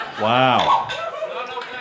Wow